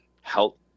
help